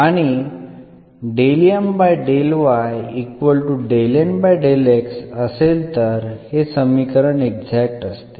आणि असेल तर हे समीकरण एक्झॅक्ट असते